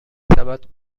سبد